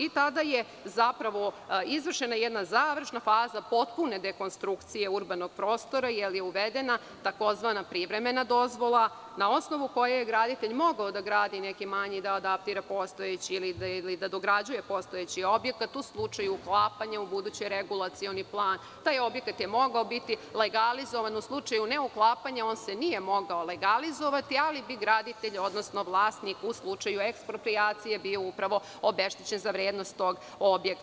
I tada je zapravo izvršena jedna završna faza potpune dekonstrukcije urbanog prostora, jer je uvedena takozvana privremena dozvola, na osnovu koje je graditelj mogao da gradi neki manji, da adaptira postojeći ili da dograđuje postojeći objekat u slučaju uklapanja u budući regulacioni plan, taj objekat je mogao biti legalizovan, u slučaju ne uklapanja, on se nije mogao legalizovati, ali bi graditelj, odnosno vlasnik u slučaju eksproprijacije bio obeštećen za vrednost tog objekta.